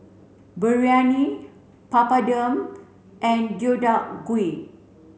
Biryani Papadum and Deodeok Gui